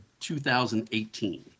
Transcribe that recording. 2018